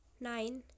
nine